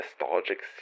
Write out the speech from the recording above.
nostalgic